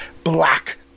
black